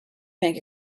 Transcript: bank